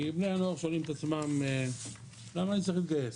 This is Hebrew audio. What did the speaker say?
כי בני הנוער שואלים את עצמם 'למה אני צריך להתגייס'.